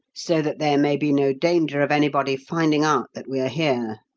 so that there may be no danger of anybody finding out that we are here.